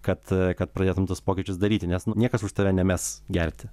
kad kad pradėtum tuos pokyčius daryti nes nu niekas už tave nemes gerti